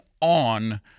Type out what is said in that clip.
on